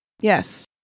Yes